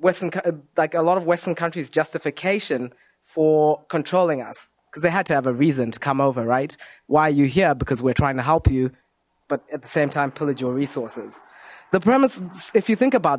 western like a lot of western countries justification for controlling us because they had to have a reason to come over right why you here because we're trying to help you but at the same time political resources the premise if you think about